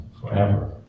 forever